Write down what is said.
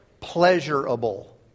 Pleasurable